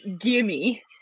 gimme